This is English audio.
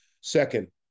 Second